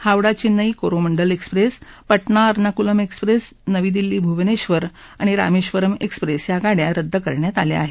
Howrah Chennai Coromandel express Patna Ernakulam express नवी दिल्ली भुवनेश्वर आणि Rameswaram express या गाडया रद्द करण्यात आल्या आहेत